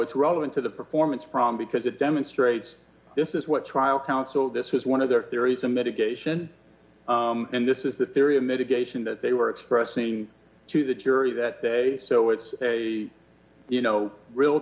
it's relevant to the performance problem because it demonstrates this is what trial counsel this was one of their theories a mitigation and this is the theory of mitigation that they were expressing to the jury that day so it's a you know real